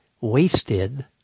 wasted